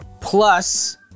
plus